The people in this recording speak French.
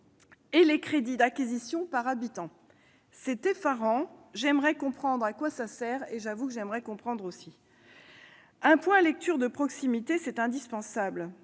et les crédits d'acquisition par habitant. C'est effarant, j'aimerais comprendre à quoi ça sert ...» J'avoue que moi aussi, j'aimerais comprendre ! Un point lecture de proximité est indispensable.